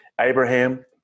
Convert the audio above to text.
Abraham